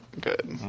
good